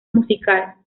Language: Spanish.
musical